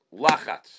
lachats